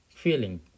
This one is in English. feeling